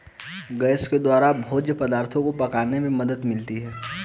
gas के द्वारा भोज्य पदार्थो को पकाने में मदद मिलती है